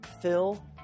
Phil